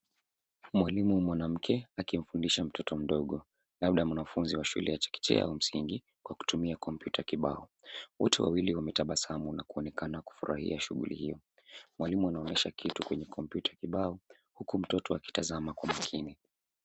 Mwalimu mwanamke akimfundisha mtoto mdogo, labda mwanafunzi wa shule ya chekechea au msingi kwa kutumia kompyuta kibao. Wote wawili wametabasamu na kuonekana kufurahia shughuli hiyo. Mwalimu anaonyesha kitu kwenye kompyuta kibao huku mtoto akitazama kwa makini.